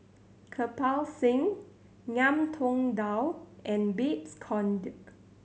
Kirpal Singh Ngiam Tong Dow and Babes Conde